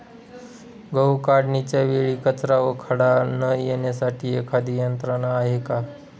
गहू काढणीच्या वेळी कचरा व खडा न येण्यासाठी एखादी यंत्रणा आहे का?